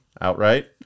outright